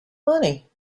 money